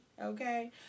Okay